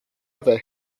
other